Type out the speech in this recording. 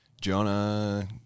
Jonah